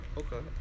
okay